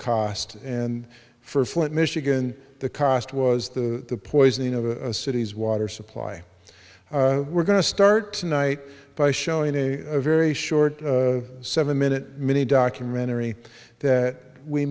cost and for flint michigan the cost was the poisoning of a city's water supply we're going to start tonight by showing a very short seven minute mini documentary that we